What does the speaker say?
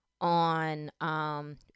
on